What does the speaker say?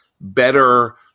better